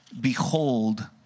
behold